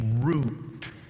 root